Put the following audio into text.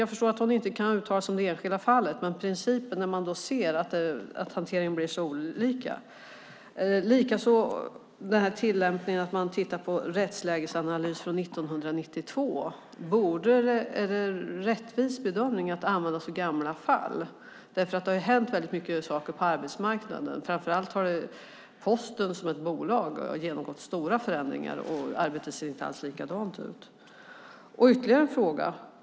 Jag förstår att hon inte kan uttala sig om det enskilda fallet, men det handlar om principen när man ser att hanteringen blir så olika. Jag undrar också om tillämpningen att titta på rättslägesanalys från 1992. Är det en rättvis bedömning att använda så gamla fall? Det har hänt mycket saker på arbetsmarknaden, framför allt har Posten som bolag genomgått stora förändringar. Arbetet ser inte alls likadant ut. Jag har ytterligare en fråga.